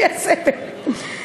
לפי הסדר.